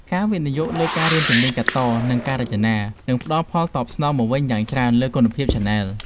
ការវិនិយោគលើការរៀនជំនាញកាត់ត និងការរចនា នឹងផ្តល់ផលតបស្នងមកវិញយ៉ាងច្រើនលើគុណភាពឆានែល។